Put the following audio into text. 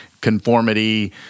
conformity